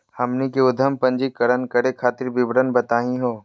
हमनी के उद्यम पंजीकरण करे खातीर विवरण बताही हो?